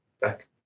back